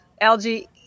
algae